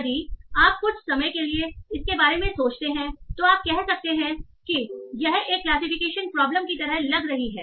यदि आप कुछ समय के लिए इसके बारे में सोचते हैं तो आप कह सकते हैं कि यह एक क्लासिफिकेशन प्रॉब्लम की तरह लग रही है